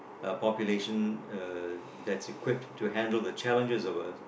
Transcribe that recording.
a population uh that's equipped to handle the challenges of a